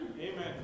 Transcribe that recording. Amen